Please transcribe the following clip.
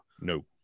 No